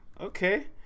Okay